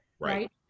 Right